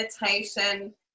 meditation